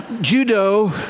judo